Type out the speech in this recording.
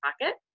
pocket